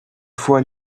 fois